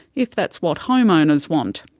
if that's what homeowners want.